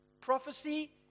Prophecy